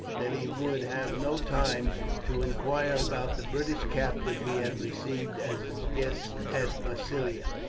that he would have no time to inquire about the british captive he had received as his guest at massilia.